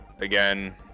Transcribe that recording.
again